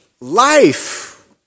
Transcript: life